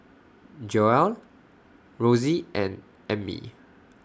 Joelle Rossie and Ammie